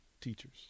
teachers